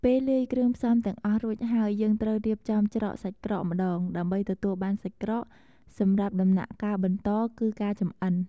ពេលលាយគ្រឿងផ្សំទាំងអស់រួចហើយ យើងត្រូវរៀបចំច្រកសាច់ក្រកម្តង ដើម្បីទទួលបានសាច់ក្រក សម្រាប់ដំណាក់កាលបន្តគឺការចម្អិន។